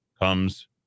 comes